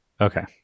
Okay